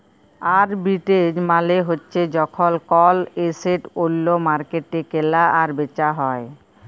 arbitrage মালে হ্যচ্যে যখল কল এসেট ওল্য মার্কেটে কেলা আর বেচা হ্যয়ে